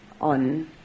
on